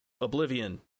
Oblivion